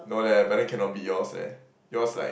no leh but then cannot be yours leh yours like